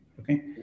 okay